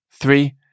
Three